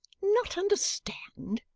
not understand?